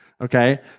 Okay